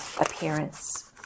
appearance